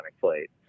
plate